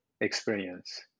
experience